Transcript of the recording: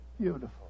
Beautiful